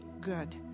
good